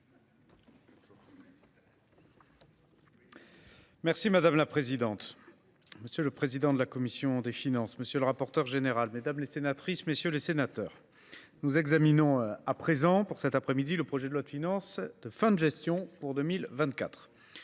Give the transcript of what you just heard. Madame la présidente, monsieur le président de la commission des finances, monsieur le rapporteur général, mesdames les sénatrices, messieurs les sénateurs, nous examinons cet après midi le projet de loi de finances de fin de gestion pour 2024.